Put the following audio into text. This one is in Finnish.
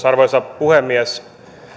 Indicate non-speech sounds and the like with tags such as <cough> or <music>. <unintelligible> arvoisa puhemies